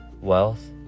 wealth